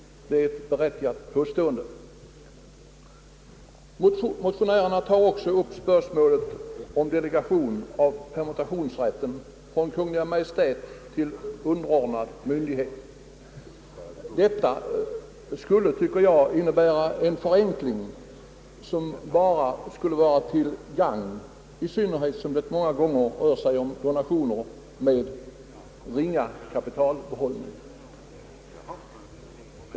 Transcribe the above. Motionärerna tar också upp spörsmålet om delegation av permutationsrätten från Kungl. Maj:t till underordnad myndighet. Detta skulle, tycker jag, innebära en förenkling som bara skulle vara till gagn, i synnerhet som det många gånger rör sig om donationer med ringa kapitalbehållning.